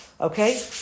Okay